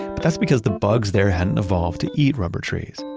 but that's because the bugs there hadn't evolved to eat rubber trees.